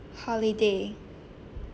holiday